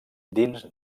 dins